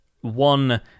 one